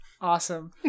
Awesome